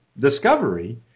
discovery